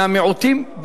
מהמיעוטים,